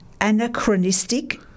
anachronistic